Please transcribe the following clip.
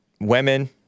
women